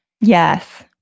Yes